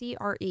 CRE